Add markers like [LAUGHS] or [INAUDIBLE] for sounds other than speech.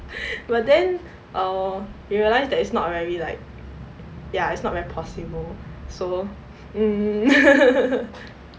[BREATH] but then err we realized that it's not very like ya it's not very possible so mm [LAUGHS]